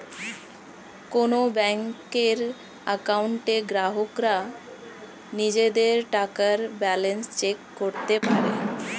কোন ব্যাংকের অ্যাকাউন্টে গ্রাহকরা নিজেদের টাকার ব্যালান্স চেক করতে পারে